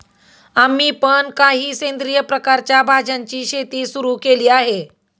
आम्ही पण काही सेंद्रिय प्रकारच्या भाज्यांची शेती सुरू केली आहे